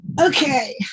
Okay